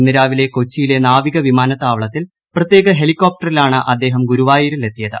ഇന്ന് രാവിലെ കൊച്ചിയിലെ നാവിക വിമാനത്താളത്തിൽ പ്രത്യേക ഹെലിക്കോപ്ടറിലാണ് അദ്ദേഹം ഗുരുവായൂരിലെത്തിയത്